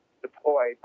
deployed